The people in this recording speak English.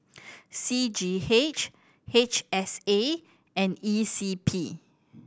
C G H H S A and E C P